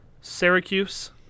syracuse